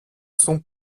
sont